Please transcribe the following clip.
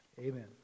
Amen